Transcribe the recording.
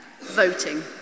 Voting